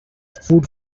food